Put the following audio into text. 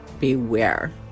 beware